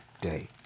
day